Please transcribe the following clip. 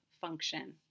function